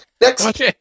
Next